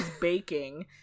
baking